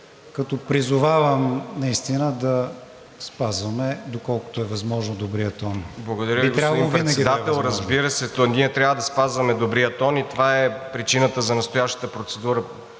като призовавам наистина да спазваме, доколкото е възможно, добрия тон. ПЛАМЕН АБРОВСКИ (ИТН): Благодаря Ви, господин Председател. Разбира се, ние трябва да спазваме добрия тон и това е причината за настоящата процедура.